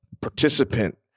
participant